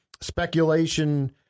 speculation